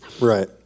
Right